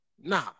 Nah